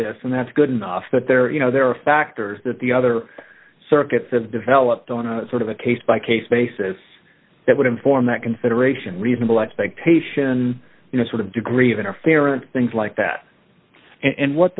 this and that's good enough that there are you know there are factors that the other circuits have developed on a sort of a case by case basis that would inform that consideration reasonable expectation you know sort of degree of interference things like that and what